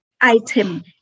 item